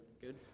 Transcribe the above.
Good